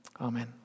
Amen